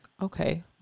okay